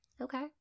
Okay